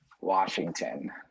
Washington